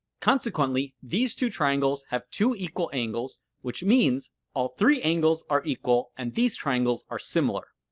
consequently, these two triangles have two equal angles, which means all three angles are equal and these triangles are similar.